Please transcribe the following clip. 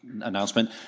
announcement